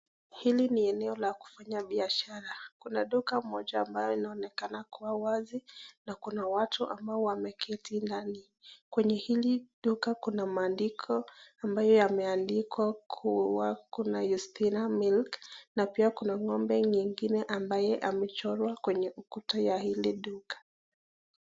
Hili ni eneo la kufanya biashara kuna duka moja ambayo inaonekana kuwa wazi na kuna watu ambao wameketi ndani. Kwenye hili duka kuna maandiko ambayo yameandikwa kuwa kuna ?na pia kuna ng'ombe nyingine ambaye amechorwa kwenye ukuta ya hili duka.